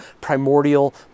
primordial